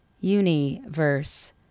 universe